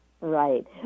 right